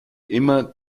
immer